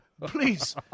Please